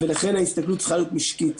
ולכן ההסתכלות צריכה להיות משקית.